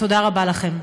תודה רבה לכם.